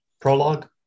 Prologue